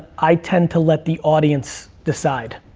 i tend to let the audience decide.